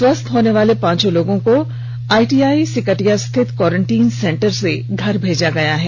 स्वस्थ होने वाले पांचों लोगों को आईटीआई सिकटिया स्थित क्वारंटीन सेंटर से घर भेजा गया हैं